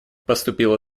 поступило